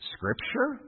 Scripture